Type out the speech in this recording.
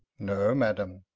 no madam,